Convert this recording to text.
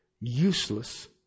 useless